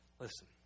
Listen